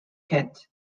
kent